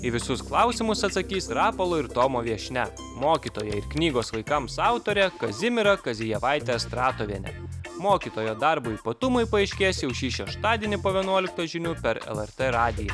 į visus klausimus atsakys rapolo ir tomo viešnia mokytoja ir knygos vaikams autorė kazimiera kazijevaitė astratovienė mokytojo darbo ypatumai paaiškės jau šį šeštadienį po vienuoliktos žinių per lrt radiją